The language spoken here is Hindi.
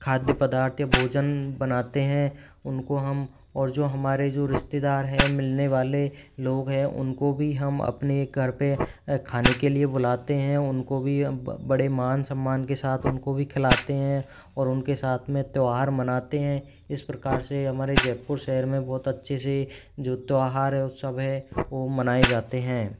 खाद्य पदार्थ या भोजन बनाते हैं उनको हम और जो हमारे जो रिश्तेदार है मिलने वाले लोग है उनको भी हम अपने घर पर खाने के लिए बुलाते हैं उनको भी हम बड़े मान सम्मान के साथ उनको भी खिलाते हैं और उनके साथ में त्योहार मनाते हैं इस प्रकार से हमारे जयपुर शहर में बहुत अच्छे से जो त्योहार है उत्सव हैं वह मनाए जाते हैं